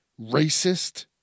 racist